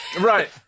Right